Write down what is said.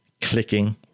clicking